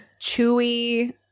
chewy